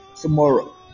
tomorrow